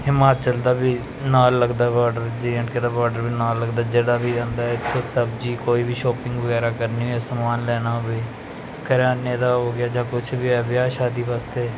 ਹਿਮਾਚਲ ਦਾ ਵੀ ਨਾਲ ਲੱਗਦਾ ਬਾਡਰ ਜੇ ਐਂਡ ਕੇ ਦਾ ਬਾਰਡਰ ਵੀ ਨਾਲ ਲੱਗਦਾ ਜਿਹੜਾ ਵੀ ਆਉਂਦਾ ਇੱਥੋਂ ਸਬਜ਼ੀ ਕੋਈ ਵੀ ਸ਼ੋਪਿੰਗ ਵਗੈਰਾ ਕਰਨੀ ਹੈ ਸਮਾਨ ਲੈਣਾ ਹੋਵੇ ਕਰਿਆਨੇ ਦਾ ਹੋ ਗਿਆ ਜਾਂ ਕੁਛ ਵੀ ਵਿਆਹ ਸ਼ਾਦੀ ਵਾਸਤੇ